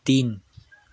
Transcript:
तिन